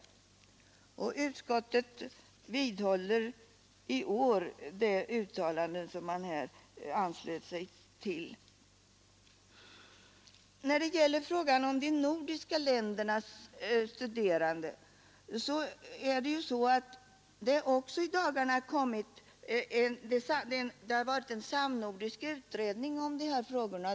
Utskottet vidhåller i år sin anslutning till det uttalandet. När det gäller frågan om de nordiska ländernas studerande vill jag påpeka, att det har arbetat en samnordisk utredning i de här frågorna.